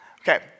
Okay